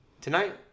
tonight